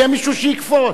יהיה מישהו שיקפוץ.